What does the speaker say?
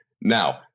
Now